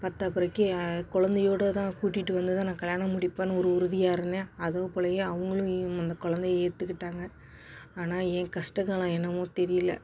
பற்றா குறைக்கு குழந்தையோட தான் கூட்டிட்டு வந்து தான் நான் கல்யாணம் முடிப்பேன்னு ஒரு உறுதியாக இருந்தேன் அதுபோல அவங்களும் அந்த குழந்தைய ஏற்றுக்கிட்டாங்க ஆனால் என் கஷ்டகாலம் என்ன தெரியல